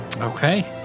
okay